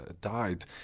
died